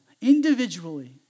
individually